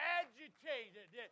agitated